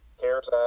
CARES